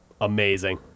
amazing